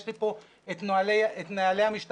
יש לי כאן את נהלי המשטרה,